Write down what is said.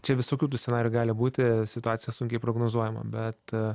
čia visokių tų scenarijų gali būti situacija sunkiai prognozuojama bet